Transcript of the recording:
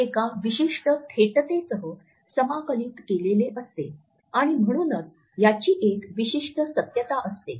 ते एका विशिष्ट थेटतेसह समाकलित केलेले असते आणि म्हणूनच याची एक विशिष्ट सत्यता असते